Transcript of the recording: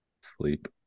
Sleep